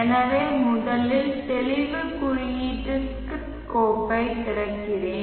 எனவே முதலில் தெளிவு குறியீட்டு ஸ்கிரிப்ட் கோப்பை திறக்கிறேன்